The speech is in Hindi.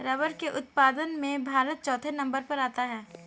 रबर के उत्पादन में भारत चौथे नंबर पर आता है